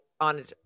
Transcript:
on